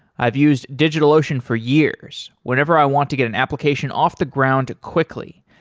i've used digitalocean for years whenever i want to get an application off the ground quickly,